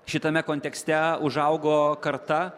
šitame kontekste užaugo karta